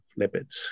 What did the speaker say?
lipids